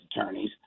attorneys